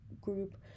group